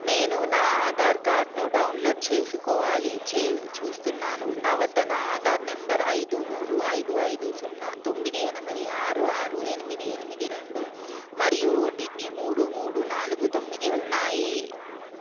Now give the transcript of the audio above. నేను నా ఆధార్కార్డ్ను డౌన్లోడ్ చేసుకోవాలి చే చూస్తున్నాను నా వద్ద నా ఆధార నంబర్ ఐదు మూడు ఐదు ఐదు సున్నా తొమ్మిది ఎనిమిది ఆరు ఆరు ఎనిమిది ఎనిమిది రెండు మరియు ఓటీపీ మూడు మూడు నాలుగు తొమ్మిది ఉన్నాయి